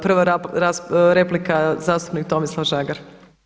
Prva replika zastupnik Tomislav Žagar.